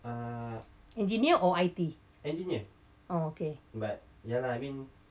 engineer or I_T oh okay